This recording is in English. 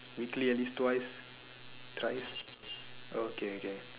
weekly at least twice thrice oh okay okay